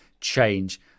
change